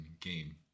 game